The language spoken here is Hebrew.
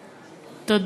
בבקשה.